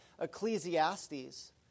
Ecclesiastes